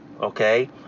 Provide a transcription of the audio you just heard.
okay